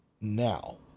now